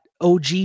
OG